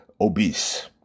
obese